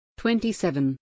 27